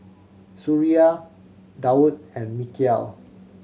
Suria Daud and Mikhail